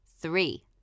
Three